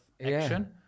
action